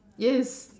yes